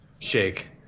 shake